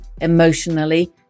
emotionally